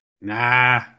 nah